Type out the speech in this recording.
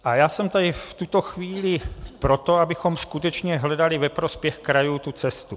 A já jsem tady v tuto chvíli pro to, abychom skutečně hledali ve prospěch krajů tu cestu.